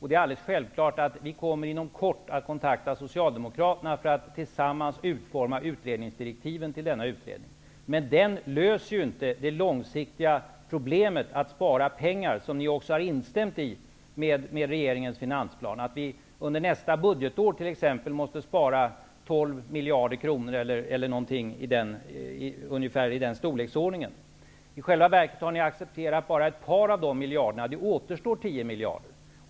Det är alldeles självklart att vi inom kort kommer att kontakta socialdemokraterna för att tillsammans utforma direktiven till denna utred ning. Men utredningen kommer inte att kunna lösa det långsiktiga problemet att spara pengar -- något som ni också har instämt i. Enligt regering ens finansplan måste vi under nästa budgetår spara i storleksordningen 12 miljarder kronor. I själva verket har ni accepterat bara ett par av dessa miljarder, och då återstår 10 miljarder.